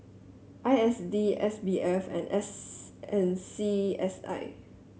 I S D S B F and S and C S I